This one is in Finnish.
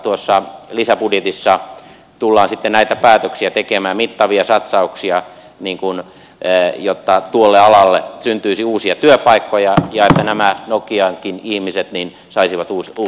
tuossa lisäbudjetissa tullaan sitten näitä päätöksiä tekemään mittavia satsauksia jotta tuolle alalle syntyisi uusia työpaikkoja ja että nämä nokiankin ihmiset saisivat uutta työtä